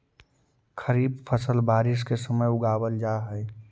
खरीफ फसल बारिश के समय उगावल जा हइ